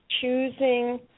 choosing